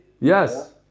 Yes